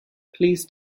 please